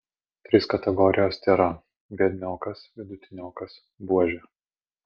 trys kategorijos tėra biedniokas vidutiniokas buožė